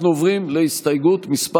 אנחנו עוברים להסתייגות מס'